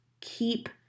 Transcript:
keep